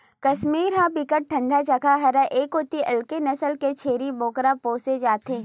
कस्मीर ह बिकट ठंडा जघा हरय ए कोती अलगे नसल के छेरी बोकरा पोसे जाथे